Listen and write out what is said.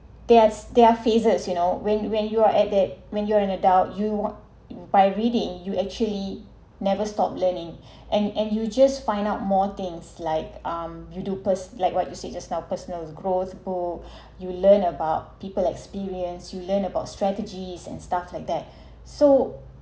that's their phases you know when when you're at that when you're an adult you uh by reading you actually never stop learning and and you just find out more things like um you do purrs~ like what you said just now personal growth book you learn about people experience you learn about strategies and stuff like that so